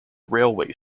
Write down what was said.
railway